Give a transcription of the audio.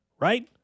right